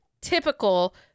typical